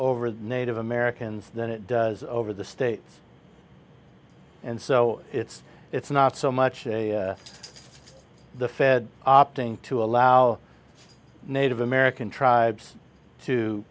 over the native americans than it does over the state and so it's not so much the fed opting to allow native american tribes t